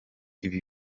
ibi